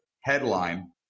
headline